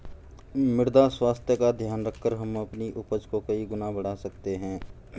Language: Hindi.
मृदा स्वास्थ्य का ध्यान रखकर हम अपनी उपज को कई गुना बढ़ा सकते हैं